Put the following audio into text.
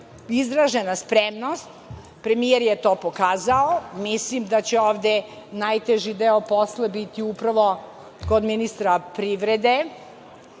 izražena spremnost, premijer je to pokazao. Mislim da će ovde najteži deo posla biti upravo kod ministra privrede,